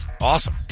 awesome